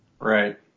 Right